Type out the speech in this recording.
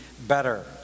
better